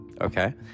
Okay